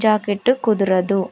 jacket కుదరదు